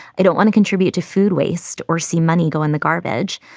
i don't want to contribute to food waste or see money go in the garbage,